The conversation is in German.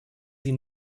sie